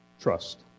Trust